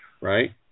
right